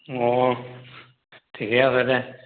অঁ ঠিকে আছে দে